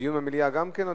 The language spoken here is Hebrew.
דיון במליאה?